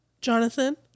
Jonathan